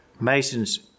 masons